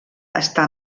està